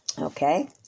okay